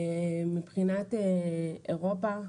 מבחינת אירופה,